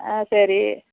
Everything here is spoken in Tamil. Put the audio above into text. ஆ சரி